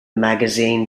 magazine